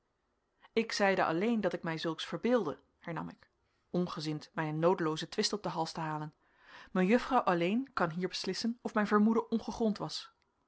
ik zeide alleen dat ik mij zulks verbeeldde hernam ik ongezind mij een noodeloozen twist op den hals te halen mejuffrouw alleen kan hier beslissen of mijn vermoeden ongegrond was